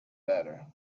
better